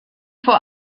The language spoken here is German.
vor